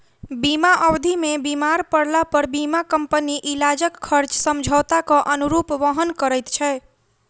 बीमा अवधि मे बीमार पड़लापर बीमा कम्पनी इलाजक खर्च समझौताक अनुरूप वहन करैत छै